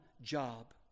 job